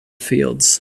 fields